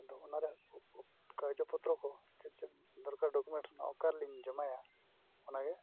ᱟᱫᱚ ᱚᱱᱟ ᱨᱮᱭᱟᱜ ᱠᱟᱨᱡᱚ ᱯᱚᱛᱨᱚ ᱠᱚ ᱪᱮᱫ ᱪᱮᱫ ᱫᱚᱨᱠᱟᱨ ᱰᱚᱠᱳᱢᱮᱱᱴᱥ ᱢᱮᱱᱟᱜᱼᱟ ᱚᱠᱟ ᱨᱮᱞᱤᱧ ᱡᱚᱢᱟᱭᱟ ᱚᱱᱟᱜᱮ